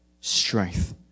strength